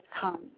come